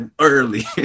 early